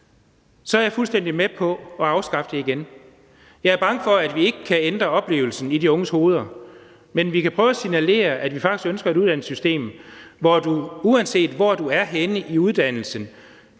er jeg fuldstændig med på at afskaffe det igen. Jeg er bange for, at vi ikke kan ændre oplevelsen i de unges hoveder, men vi kan prøve at signalere, at vi faktisk ønsker et uddannelsessystem, hvor du, uanset hvor du er henne i uddannelsen,